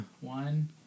One